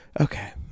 okay